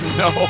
no